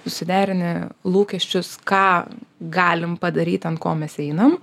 susiderini lūkesčius ką galim padaryt ant ko mes einam